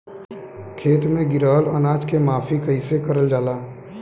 खेत में गिरल अनाज के माफ़ी कईसे करल जाला?